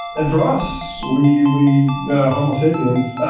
and for us, we we homo sapiens,